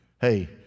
Hey